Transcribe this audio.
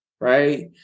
Right